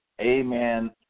amen